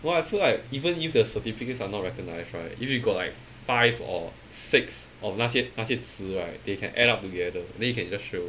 no I feel like even if the certificates are not recognized right if you got like five or six of 那些那些词 right they can add up together then you can just show